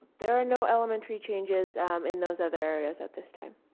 there are no elementary changes in those other areas at this time.